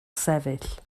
sefyll